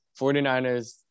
49ers –